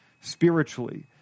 spiritually